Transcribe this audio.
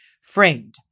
framed